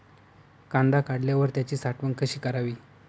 कांदा काढल्यावर त्याची साठवण कशी करावी?